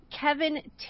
Kevin